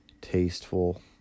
tasteful